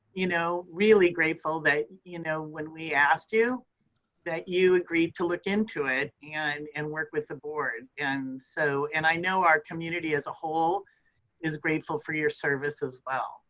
you know really grateful that you know when we asked you that you agreed to look into it and and work with the board. and so and i know our community as a whole is grateful for your service as well.